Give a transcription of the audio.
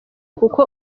kuko